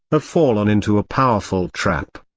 ah fallen into a powerful trap.